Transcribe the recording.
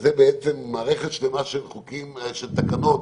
זו בעצם מערכת שלמה של חוקים, תקנות,